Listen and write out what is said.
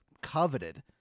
coveted